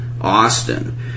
Austin